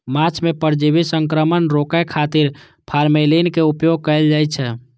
माछ मे परजीवी संक्रमण रोकै खातिर फॉर्मेलिन के उपयोग कैल जाइ छै